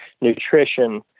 nutrition